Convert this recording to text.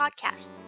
podcast